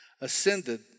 ascended